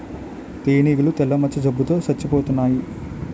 తేనీగలు తెల్ల మచ్చ జబ్బు తో సచ్చిపోతన్నాయి